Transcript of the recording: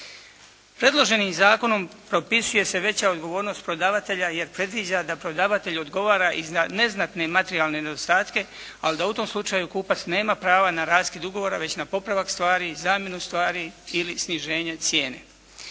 Predloženim zakonom propisuje se veća odgovornost prodavatelja jer predviđa da prodavatelj odgovara i za neznatne materijalne nedostatke, ali da u tom slučaju kupac nema prava na raskid ugovora već na popravak stvari, zamjenu stvari ili sniženje cijene.